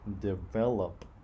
develop